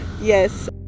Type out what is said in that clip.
Yes